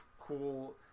cool